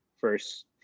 first